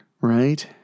right